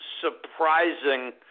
surprising